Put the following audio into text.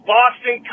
Boston